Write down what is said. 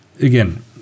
again